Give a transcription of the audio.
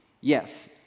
Yes